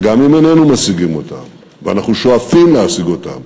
וגם אם איננו משיגים אותם ואנחנו שואפים להשיג אותם,